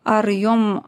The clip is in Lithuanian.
ar jum